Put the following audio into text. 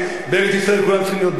בארץ-ישראל כולם צריכים להיות ביחד,